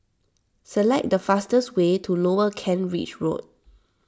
select the fastest way to Lower Kent Ridge Road